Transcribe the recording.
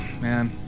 man